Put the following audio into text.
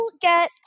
get